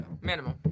Minimum